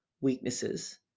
weaknesses